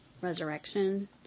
resurrection